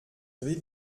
savez